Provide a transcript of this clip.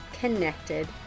connected